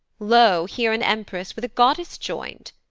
lo! here an empress with a goddess join'd.